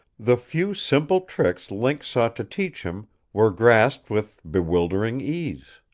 the few simple tricks link sought to teach him were grasped with bewildering ease.